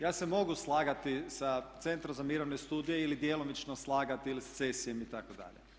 Ja se mogu slagati sa Centrom za mirovne studije ili djelomično slagati ili sa CESI-jem itd.